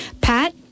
Pat